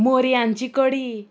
मोरयांची कडी